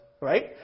right